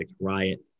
riot